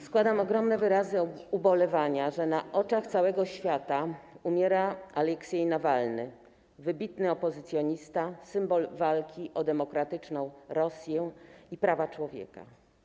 Składam ogromne wyrazy ubolewania, że na oczach całego świata umiera Aleksiej Nawalny - wybitny opozycjonista, symbol walki o demokratyczną Rosję i prawa człowieka.